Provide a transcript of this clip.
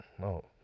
No